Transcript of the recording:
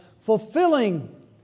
fulfilling